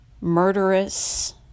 murderous